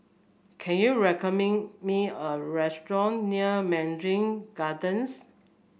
can you me a restaurant near Mandarin Gardens